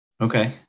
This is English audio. Okay